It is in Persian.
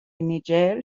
نیجر